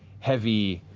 heavy,